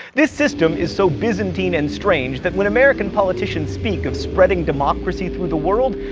this system is so byzantine and strange that when american politicians speak of spreading democracy through the world,